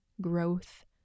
growth